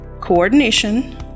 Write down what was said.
coordination